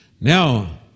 Now